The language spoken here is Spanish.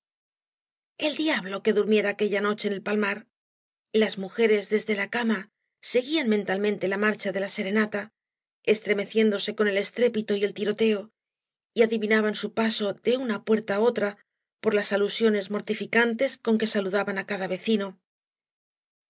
el diablo que durmiera aquella noche en el palmar las mujeres desde la cama seguían mentalmente la marcha de la serenata estremeciéndose con el estrépito y el tiroteo y adivinaban su paso de una puerta á otra por las alusiones mortificantes con que saludaban á cada vecino